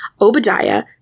Obadiah